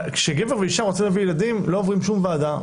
כשגבר ואישה רוצים להביא ילדים הם לא עוברים שום ועדה,